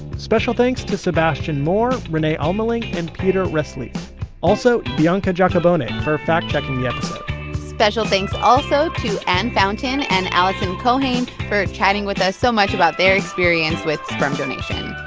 special thanks to sebastian mohr, rene almeling and peter reeslev also, bianca giacobone for for fact-checking the episode special thanks also to ann fountain and alison kohane for chatting with us so much about their experience with sperm donation.